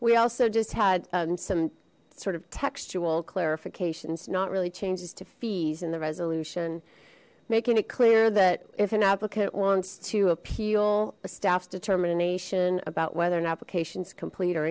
we also just had some sort of textual clarifications not really changes to fees in the resolution making it clear that if an applicant wants to appeal a staffs determination about whether an applications complete or